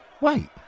Wait